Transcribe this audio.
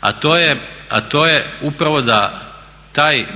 A to je upravo da taj